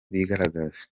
bigaragaze